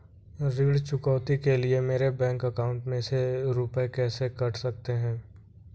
ऋण चुकौती के लिए मेरे बैंक अकाउंट में से रुपए कैसे कट सकते हैं?